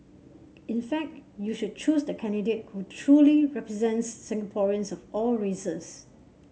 in fact you should choose the candidate who truly represents Singaporeans of all races